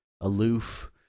aloof